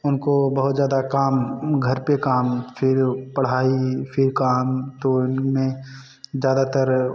उनको बहुत ज़्यादा काम घर पर काम फ़िर पढ़ाई फ़िर काम तो उनमें ज़्यादातर